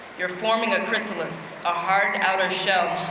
you're forming a chrysalis, a hard outer shell,